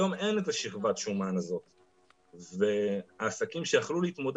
היום אין את שכבת השומן הזו והעסקים שיכלו להתמודד